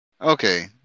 Okay